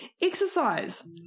exercise